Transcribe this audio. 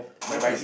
maybe